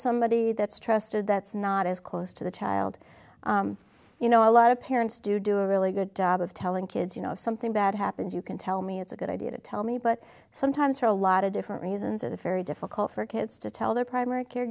somebody that's trusted that's not as close to the child you know a lot of parents do do a really good job of telling kids you know if something bad happens you can tell me it's a good idea to tell me but sometimes for a lot of different reasons a very difficult for kids to tell their primary care